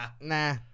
Nah